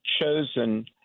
chosen